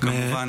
וכמובן,